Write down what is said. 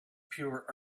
pure